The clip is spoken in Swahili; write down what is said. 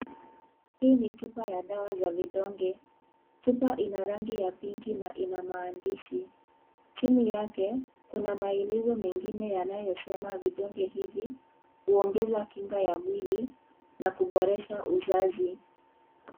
Hii ni chupa ya dawa za vidonge. Chupa ina rangi ya pinki na ina maandishi. Chini yake kuna maelezo mengine yanayosema vidonge hivi huongeza kinga ya mwili na kuboresha uzazi.